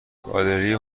گالری